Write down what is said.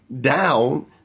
down